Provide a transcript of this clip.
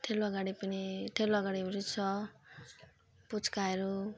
ठेलुवा गाडी पनि ठेलुवा गाडी पनि छ पुच्काहरू